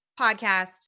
podcast